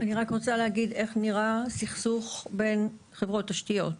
אני רק רוצה להגיד איך נראה סכסוך בין חברות תשתיות.